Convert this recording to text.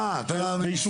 אה, אתה משרד?